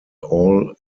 all